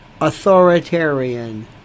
authoritarian